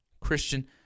Christian